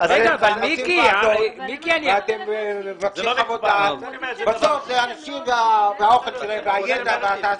אתם מבקשים חוות דעת אבל בסוף אלה האנשים שהאוכל שלהם והידע והתעשייה.